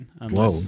Whoa